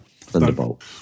Thunderbolt